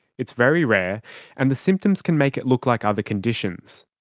it's very rare and the symptoms can make it look like other conditions.